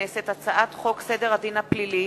הצעת חוק סדר הדין הפלילי